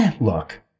Look